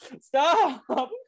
stop